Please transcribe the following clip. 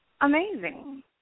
amazing